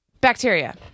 Bacteria